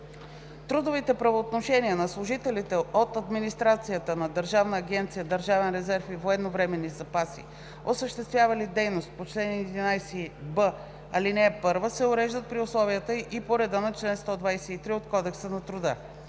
Трудовите правоотношения на служителите от администрацията на Държавна агенция „Държавен резерв и военновременни запаси“, осъществявали дейности по чл. 11б, ал. 1, се уреждат при условията и по реда на чл. 123 от Кодекса на труда.